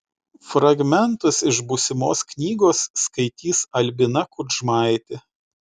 fragmentus iš būsimos knygos skaitys albina kudžmaitė